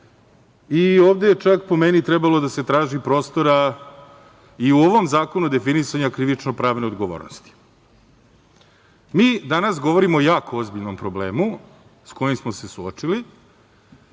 i ovde je čak po meni trebalo da se traži prostora i u ovom zakonu definisanja krivično pravne odgovornosti. Mi danas govorimo o jako ozbiljnom problemu sa kojim smo se suočili